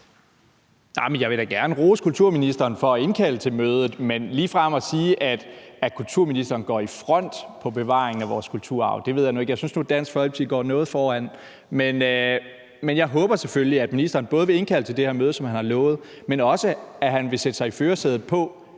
jeg vil da gerne rose kulturministeren for at indkalde til mødet, men ligefrem at sige, at kulturministeren går i front med hensyn til bevaring af vores kulturarv, ved jeg nu ikke om man kan. Jeg synes nu, at Dansk Folkeparti går foran. Men jeg håber selvfølgelig både, at ministeren vil indkalde til på det her møde, som han har lovet, men også, at han vil sætte sig i førersædet,